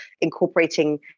incorporating